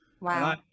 Wow